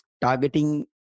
targeting